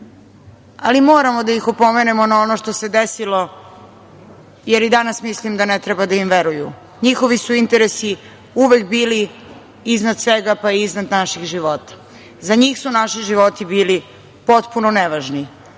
ali moramo da ih opomenemo na ono što se desilo, jer i danas mislim da ne treba da im veruju. Njihovi su interesi uvek bili iznad svega, pa i iznad naših života. Za njih su naši životi bili potpuno nevažni.